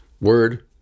Word